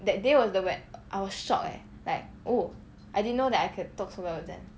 that day was the when I was shocked eh like oh I didn't know that I can talk so well with them